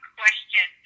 question